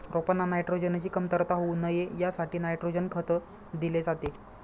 रोपांना नायट्रोजनची कमतरता होऊ नये यासाठी नायट्रोजन खत दिले जाते